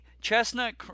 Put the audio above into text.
chestnut